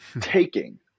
taking